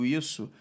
isso